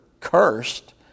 cursed